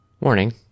Warning